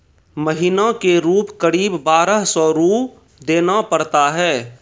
महीना के रूप क़रीब बारह सौ रु देना पड़ता है?